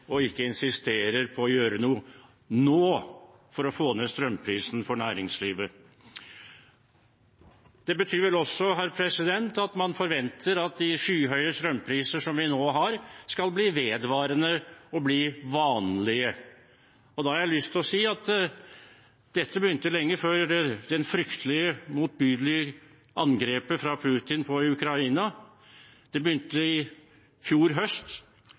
og ikke insisterer på å gjøre noe nå for å få ned strømprisen for næringslivet. Det betyr vel også at man forventer at de skyhøye strømprisene vi nå har, skal bli vedvarende og vanlige. Da har jeg lyst til å si at dette begynte lenge før det fryktelige, motbydelig angrepet fra Putin på Ukraina. Det begynte i fjor høst,